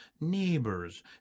neighbors